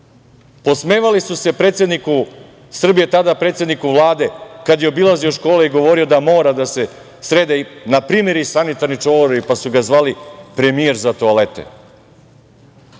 Podsmevali su se predsedniku Srbije, tada predsedniku Vlade, kada je obilazio škole i govorio da mora da se srede, na primer, i sanitarni čvorovi, pa su ga zvali premijer za toalete.